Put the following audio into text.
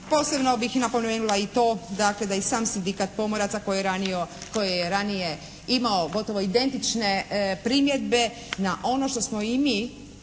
Posebno bih napomenula i to dakle da i sam Sindikat pomoraca koji je ranije imao gotovo identične primjedbe na ono što smo i mi